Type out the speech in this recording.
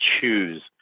choose